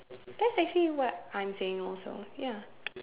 that's actually what I'm saying also ya